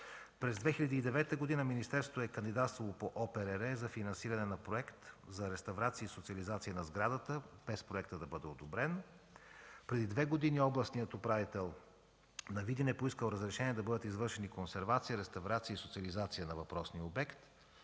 През 2009 г. министерството е кандидатствало по Оперативна програма „Регионално развитие” за финансиране на проект за реставрация и социализация на сградата, без проектът да бъде одобрен. Преди две години областният управител на Видин е поискал разрешение да бъдат извършени консервация, реставрация и социализация на въпросния обект,